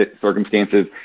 circumstances